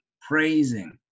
praising